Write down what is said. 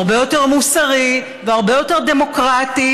הרבה יותר מוסרי והרבה יותר דמוקרטי